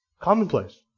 commonplace